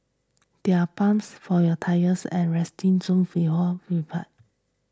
there are pumps for your tyres at resting